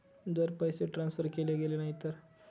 जर पैसे ट्रान्सफर केले गेले नाही तर?